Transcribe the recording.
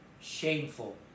shameful